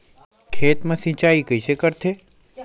खेत मा सिंचाई कइसे करथे?